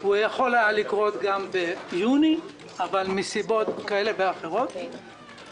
הוא יכול היה לקרות גם ביוני אבל מסיבות כאלה ואחרות כך קרה.